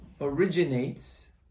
originates